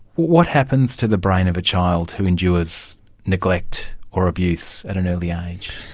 what happens to the brain of a child who endures neglect or abuse at an early age?